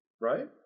right